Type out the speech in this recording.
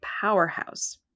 powerhouse